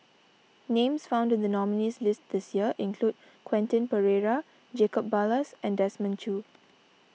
names found in the nominees' list this year include Quentin Pereira Jacob Ballas and Desmond Choo